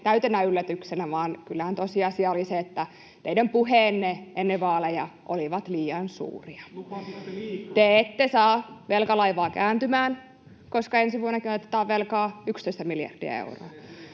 täytenä yllätyksenä, vaan kyllähän tosiasia oli se, että teidän puheenne ennen vaaleja olivat liian suuria. [Antti Kurvinen: Te lupasitte liikaa!] Te ette saa velkalaivaa kääntymään, koska ensi vuonnakin otetaan velkaa 11 miljardia euroa.